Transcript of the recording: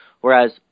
whereas